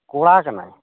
ᱠᱚᱲᱟ ᱠᱟᱱᱟᱭ